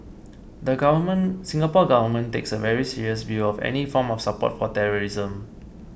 the government Singapore Government takes a very serious view of any form of support for terrorism